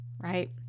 right